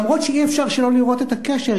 למרות העובדה שאי-אפשר שלא לראות את הקשר,